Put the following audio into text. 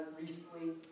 recently